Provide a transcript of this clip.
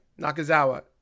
nakazawa